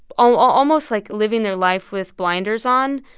um ah almost, like, living their life with blinders on,